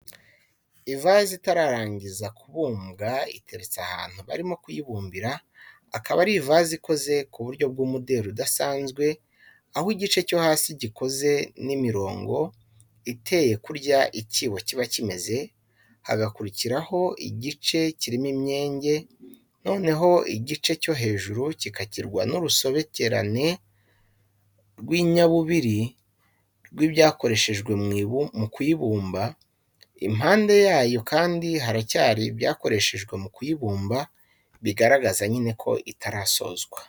Ivazi itararangiza kubumbwa iteretse ahantu barimo kuyibumbira, akaba ari ivazi ikoze ku buryo bw'umuderi udasanzwe aho igice cyo hasi gikoze n'imirongo, iteye kurya icyibo kiba kimeze, hagakurikiraho igice kirimo imyenge, noneho igice cyo hejuru kikagirwa n'urusobekerane rw'inyabubiri rw'ibyakoreshejwe mu kuyibumba, impande yayo kandi haracyari ibyakoreshejwe mu kuyibumba, bigaragaza nyine ko itarasozwa.